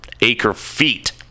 acre-feet